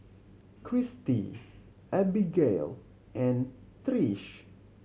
Christi Abbigail and Trish